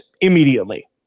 immediately